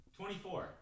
24